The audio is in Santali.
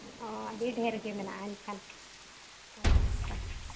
ᱚ ᱟᱹᱰᱤ ᱰᱷᱮᱨᱜᱮ ᱢᱮᱱᱟᱜᱼᱟ ᱮᱱᱠᱷᱟᱱ ᱟᱪᱪᱷᱟ